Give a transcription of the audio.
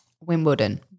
Wimbledon